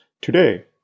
Today